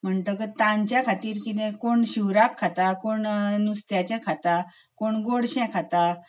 म्हणटकच तांच्या खातीर कितें कोण शिवराक खाता कोण नुस्त्याचें खाता कोण गोडशें खाता